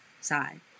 side